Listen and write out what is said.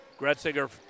Gretzinger